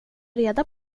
reda